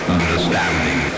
understanding